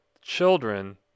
children